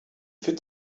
fit